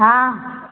हाँ